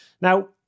Now